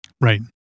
Right